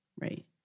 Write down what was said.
right